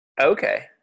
Okay